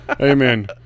amen